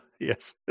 yes